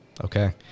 Okay